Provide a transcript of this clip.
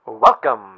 Welcome